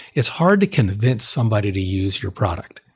it's hard to convince somebody to use your product.